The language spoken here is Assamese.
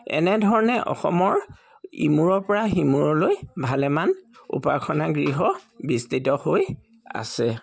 এনেধৰণে অসমৰ ইমূৰৰ পৰা সিমূৰলৈ ভালেমান উপাসনা গৃহ বিস্তৃত হৈ আছে